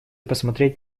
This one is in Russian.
посмотреть